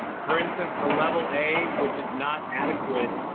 for instance, a level a, which is not adequate,